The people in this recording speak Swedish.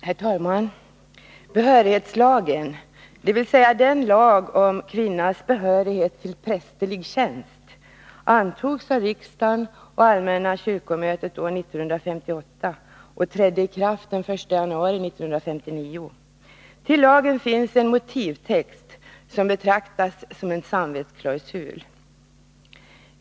Herr talman! Behörighetslagen, dvs. lagen om kvinnas behörighet till prästerlig tjänst, antogs av riksdagen och allmänna kyrkomötet år 1958 och trädde i kraft den 1 januari 1959. Till lagen finns en motivtext som betraktas som en samvetsklausul.